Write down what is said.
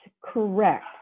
correct